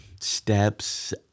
steps